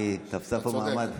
היא תפסה פה מעמד.